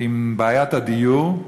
בעניין בעיית הדיור,